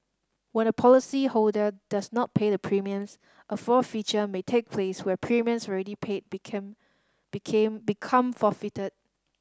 when a policyholder does not pay the premiums a forfeiture may take place where premiums ready paid became became become forfeited